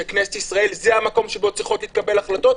שכנסת ישראל היא המקום שבו שצריכות להתקבל החלטות,